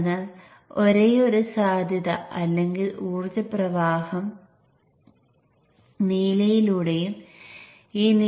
അതിനാൽ അത് Vin 2 പ്രൈമറിയിലൂടെ വരുന്നു